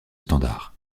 standard